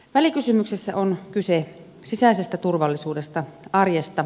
välikysymyksessä on kyse sisäisestä turvallisuudesta arjesta